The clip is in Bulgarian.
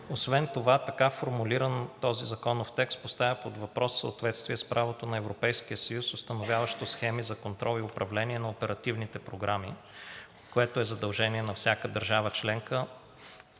Освен това така формулиран, този законов текст поставя под въпрос съответствие с правото на Европейския съюз, установяващо схеми за контрол и управление на оперативните програми, което е задължение на всяка държава членка,